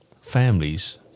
families